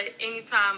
anytime